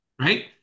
right